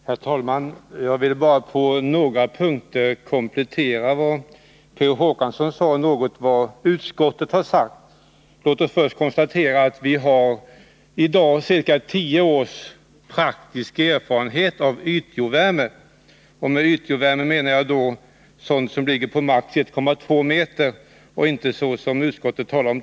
Herr talman! Jag vill bara på några punkter komplettera vad P. O. Håkansson sade om utskottets skrivning. Låt mig först konstatera att vi i dag har ca tio års praktisk erfarenhet av ytjordvärme. Med ytjordvärme menar jag då anläggningar med maximalt 1,2 meters djup — och inte 2 meters djup, som utskottet talar om.